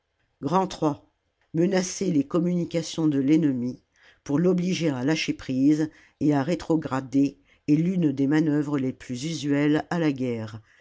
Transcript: menacer les communications de l'ennemi pour l'obliger à lâcher prise et à rétrograder est l'une des manœuvres les plus usuelles à la guerre